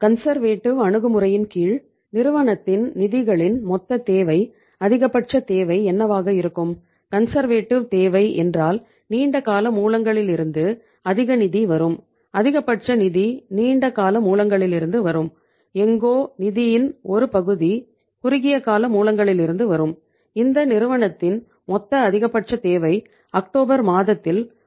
conservative மாதத்தில் 9000 ரூபாய் ஆகும்